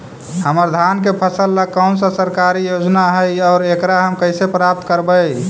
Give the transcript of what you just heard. हमर धान के फ़सल ला कौन सा सरकारी योजना हई और एकरा हम कैसे प्राप्त करबई?